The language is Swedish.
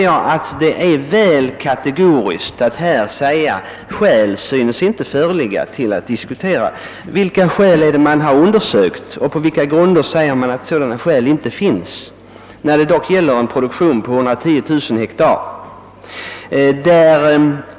Jag anser det vara väl kategoriskt att säga att det inte synes föreligga skäl för en diskussion. Vilka undersökningar man gjort och på vilka grunder säger man att skäl inte föreligger för en diskussion? Det är dock fråga om en produktion på en areal av 110 000 ha.